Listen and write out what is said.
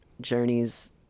journeys